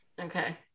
Okay